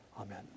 Amen